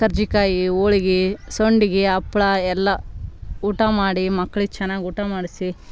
ಕರ್ಜಿಕಾಯಿ ಹೋಳ್ಗೆ ಸಂಡ್ಗೆ ಹಪ್ಳ ಎಲ್ಲ ಊಟ ಮಾಡಿ ಮಕ್ಳಿಗೆ ಚೆನ್ನಾಗಿ ಊಟ ಮಾಡಿಸಿ